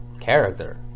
character